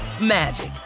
magic